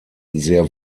sehr